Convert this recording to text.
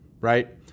right